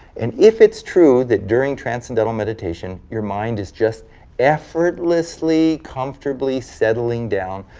and if it's true that during transcendental meditation your mind is just effortlessly, comfortably settling down,